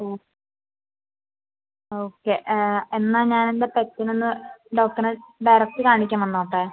ആ ഓക്കെ എന്നാൽ ഞാനെൻ്റെ പെറ്റിനൊന്ന് ഡോക്ടറെ ഡയറക്റ്റ് കാണിക്കാൻ വന്നോട്ടേ